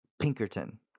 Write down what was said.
Pinkerton